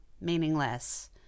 meaningless